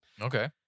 Okay